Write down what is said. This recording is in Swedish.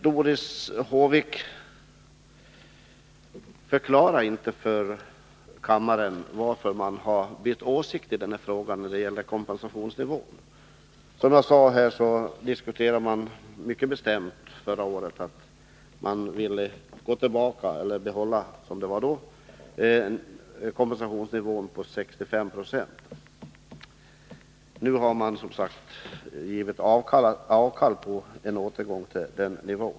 Doris Håvik förklarade inte för kammaren varför man bytt åsikt när det gäller frågan om kompensationsnivån. Förra året sade man mycket bestämt att man ville behålla kompensationsnivån 65 96. Nu har man gjort avkall på detta.